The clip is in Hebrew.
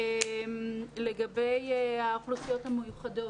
לגבי האוכלוסיות המיוחדות,